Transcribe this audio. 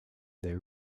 they